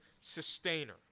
sustainer